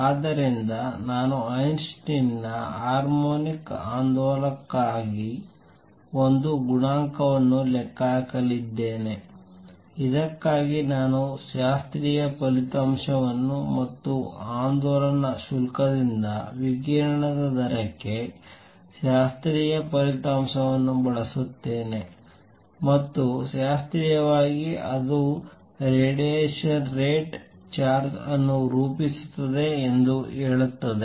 ಆದ್ದರಿಂದ ನಾನು ಐನ್ಸ್ಟೈನ್ ನ ಹಾರ್ಮೋನಿಕ್ ಆಂದೋಲಕಕ್ಕಾಗಿ ಒಂದು ಗುಣಾಂಕವನ್ನು ಲೆಕ್ಕ ಹಾಕಲಿದ್ದೇನೆ ಇದಕ್ಕಾಗಿ ನಾನು ಶಾಸ್ತ್ರೀಯ ಫಲಿತಾಂಶವನ್ನು ಮತ್ತು ಆಂದೋಲನ ಶುಲ್ಕದಿಂದ ವಿಕಿರಣದ ದರಕ್ಕೆ ಶಾಸ್ತ್ರೀಯ ಫಲಿತಾಂಶವನ್ನು ಬಳಸುತ್ತೇನೆ ಮತ್ತು ಶಾಸ್ತ್ರೀಯವಾಗಿ ಅದರ ರೇಡಿಯೇಷನ್ ರೇಟ್ ಚಾರ್ಜ್ ಅನ್ನು ರೂಪಿಸುತ್ತದೆ ಎಂದು ಹೇಳುತ್ತದೆ